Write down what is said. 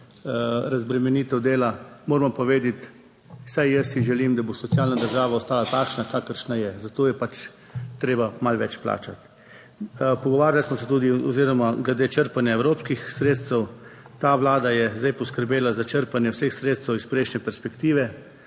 razbremenitev dela. Moramo pa vedeti, vsaj jaz si želim, da bo socialna država ostala takšna kakršna je, zato je pač treba malo več plačati. Pogovarjali smo se tudi oziroma glede črpanja evropskih sredstev. Ta vlada je zdaj poskrbela za črpanje vseh sredstev iz prejšnje perspektive,